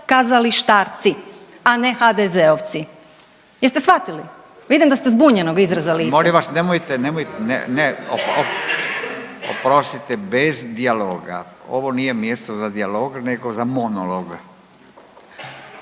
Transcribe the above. kazalištarci, a ne HDZ-ovci, jeste shvatili, vidim da ste zbunjenog izraza lica. **Radin, Furio (Nezavisni)** Molim vas nemojte, nemoj, ne, ne, oprostite, bez dijaloga. Ovo nije mjesto za dijalog, nego za monolog.